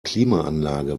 klimaanlage